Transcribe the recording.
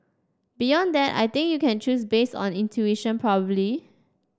beyond that I think you can choose based on intuition probably